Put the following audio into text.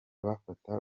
bafata